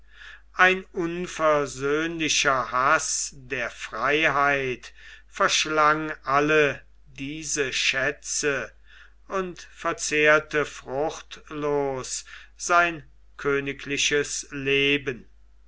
ein unversöhnlicher haß der freiheit verschlang alle diese schätze und verzehrte fruchtlos sein königliches leben